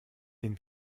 den